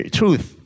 truth